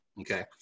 Okay